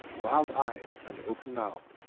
wild-eyed and open-mouthed,